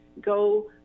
go